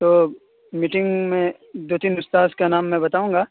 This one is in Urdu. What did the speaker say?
تو میٹنگ میں دو تین استاد کا نام میں بتاؤں گا